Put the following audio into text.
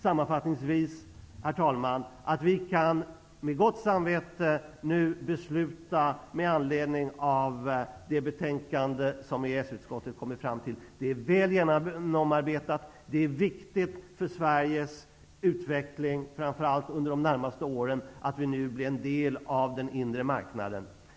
Sammanfattningsvis, herr talman, tycker jag att vi med gott samvete kan fatta beslut med anledning av det betänkande som EES-utskottet kommit fram till, därför att det är väl genomarbetat. Det är också viktigt för Sveriges utveckling att under de närmaste åren bli en del av den inre marknaden.